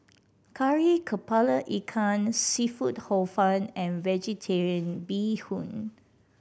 Kari Kepala Ikan seafood Hor Fun and Vegetarian Bee Hoon